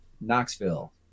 Knoxville